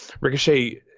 Ricochet